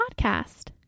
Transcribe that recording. podcast